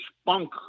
spunk